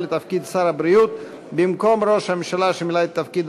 לתפקיד שר הבריאות במקום ראש הממשלה שמילא את תפקיד